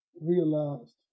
realized